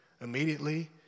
Immediately